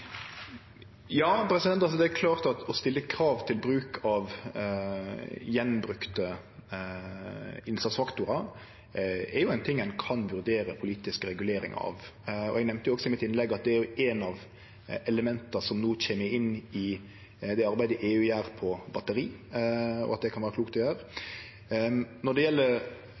Ja, det er klart at å stille krav til å bruke innsatsfaktorar som blir brukte på nytt, er ein ting ein kan vurdere politisk regulering av. Eg nemnde òg i innlegget mitt at det er eitt av elementa som no kjem inn i det arbeidet EU gjer med batteri, og at det kan vere klokt å gjere. Når det gjeld